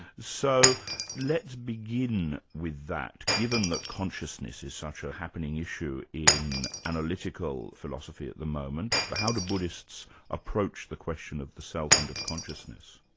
so let's begin with that. given that consciousness is such a happening issue in analytical philosophy at the moment. but how do buddhists approach the question of the self and of consciousness?